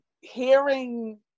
hearing